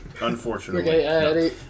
Unfortunately